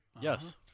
Yes